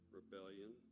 rebellion